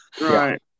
right